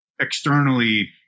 externally –